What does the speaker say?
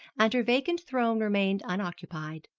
and her vacant throne remained unoccupied.